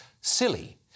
silly